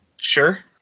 Sure